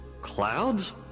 Clouds